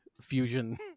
fusion